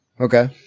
Okay